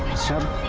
sir.